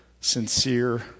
sincere